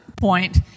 point